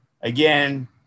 again